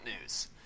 news